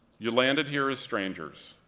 you landed here as strangers,